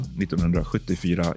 1974